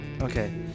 Okay